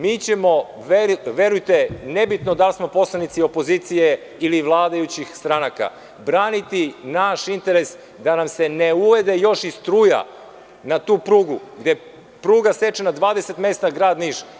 Mi ćemo verujte, nebitno da li smo poslanici opozicije ili vladajućih stranaka, braniti naš interes da nam se ne uvede još i struja na tu prugu, gde pruga seče na 20 mesta grad Niš.